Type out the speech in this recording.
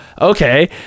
okay